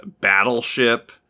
Battleship